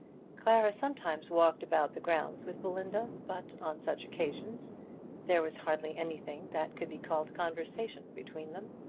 clara sometimes walked about the grounds with belinda, but on such occasions there was hardly anything that could be called conversation between them,